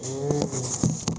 oh